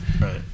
right